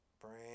brand